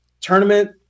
tournament